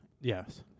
Yes